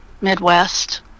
Midwest